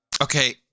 Okay